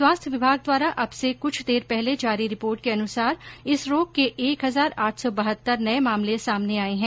स्वास्थ्य विभाग द्वारा अब से कुछ देर पहले जारी रिपोर्ट के अनुसार इस रोग के एक हजार आठ सौ बहत्तर नये मामले सामने आए है